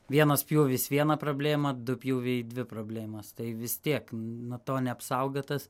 vienas pjūvis viena problėma du pjūviai dvi problėmos tai vis tiek nuo to neapsaugotas